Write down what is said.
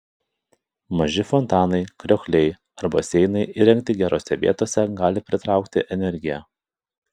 maži fontanai kriokliai ar baseinai įrengti gerose vietose gali pritraukti energiją